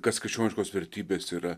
kas krikščioniškos vertybės yra